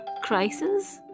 Crisis